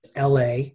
LA